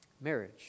Marriage